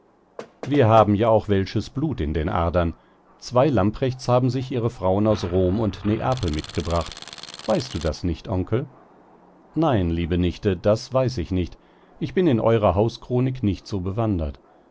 wir haben ja auch welsches blut in den adern zwei lamprechts haben sich ihre frauen aus rom und neapel mitgebracht weißt du das nicht onkel nein liebe nichte das weiß ich nicht ich bin in eurer hauschronik nicht so bewandert